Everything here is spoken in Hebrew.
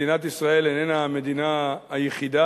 מדינת ישראל איננה המדינה היחידה